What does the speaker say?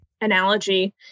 analogy